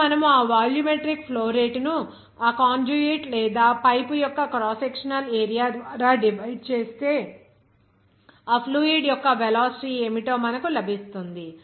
ఇప్పుడు మనము ఈ వాల్యూమిట్రిక్ ఫ్లో రేటును ఆ కాండ్యూయిట్ లేదా పైపు యొక్క క్రాస్ సెక్షనల్ ఏరియా ద్వారా డివైడ్ చేస్తే ఆ ఫ్లూయిడ్ యొక్క వెలాసిటీ ఏమిటో మనకు లభిస్తుంది